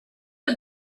for